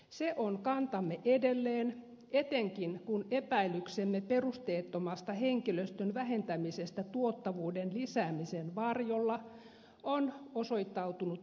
se on kantamme edelleen etenkin kun epäilyksemme perusteettomasta henkilöstön vähentämisestä tuottavuuden lisäämisen varjolla on osoittautunut todeksi